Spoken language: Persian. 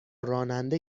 راننده